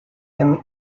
and